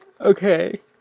okay